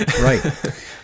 Right